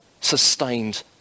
sustained